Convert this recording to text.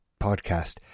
podcast